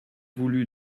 voulu